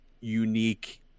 unique